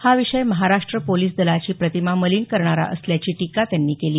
हा विषय महाराष्ट्र पोलिस दलाची प्रतिमा मलिन करणारा असल्याची टीका त्यांनी केली